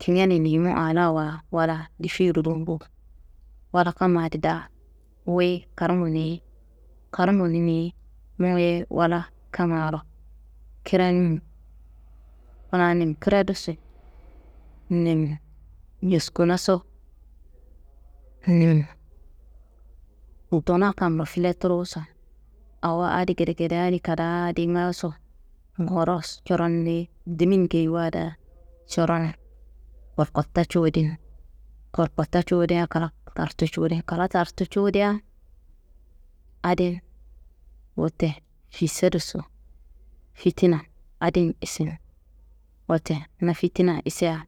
kingenimu aa laa wa wala difiro rumbu, wala kamma adi daa wuyi karnguniyi, karnguniniyi muye wala kammaro kirenumu, kuna ninkireduso, ninnjeskunaso, ninduna kammuro fileturoso, awo adi gedegede adi kadaa adi ngaaso, nguroso, coron niyi dimin geyiwa daa coron koworkotta cuwudin, koworkotta cuwudia kla tartu cuwudin, kla tartu cuwudia, adin wote fisaduso, fitina adin isin. Wote na fitina isia.